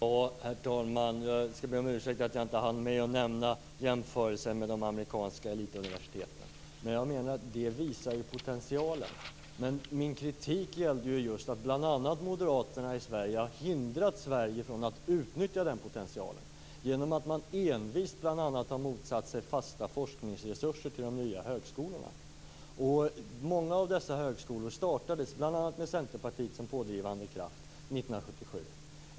Herr talman! Jag ber om ursäkt för att jag inte hann med att nämna jämförelsen med de amerikanska elituniversiteten, som jag menar visar på potentialen. Min kritik gällde just att bl.a. Moderaterna i Sverige har hindrat Sverige från att utnyttja den potentialen genom att man envist exempelvis har motsatt sig fasta forskningsresurser till de nya högskolorna. Många av dessa högskolor startades 1977 med bl.a. Centerpartiet som pådrivande kraft.